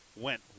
went